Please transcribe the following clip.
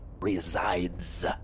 resides